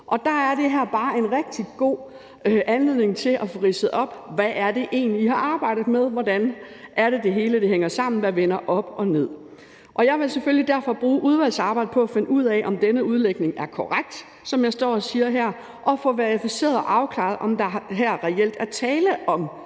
Og der er det her bare en rigtig god anledning til at få ridset op, hvad det egentlig er, man har arbejdet med, og hvordan det er, det hele hænger sammen – hvad vender op og ned? Jeg vil selvfølgelig derfor bruge udvalgsarbejdet på at finde ud af, om denne udlægning, som jeg står og giver her, er korrekt, og at få verificeret og afklaret, om der her reelt er tale om